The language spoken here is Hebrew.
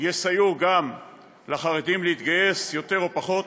יסייעו גם לחרדים להתגייס, יותר או פחות.